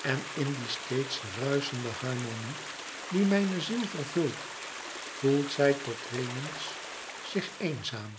en in die steeds ruischende harmonie die mijne ziel vervult voelt zij tot weenens zich eenzaam